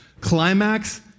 Climax